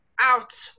out